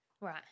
Right